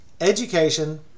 education